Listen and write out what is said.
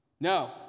No